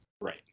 Right